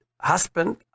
husband